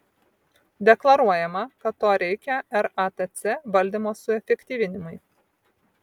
deklaruojama kad to reikia ratc valdymo suefektyvinimui